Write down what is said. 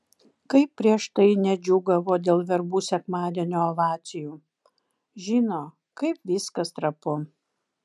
kaip prieš tai nedžiūgavo dėl verbų sekmadienio ovacijų žino kaip viskas trapu